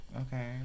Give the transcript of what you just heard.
Okay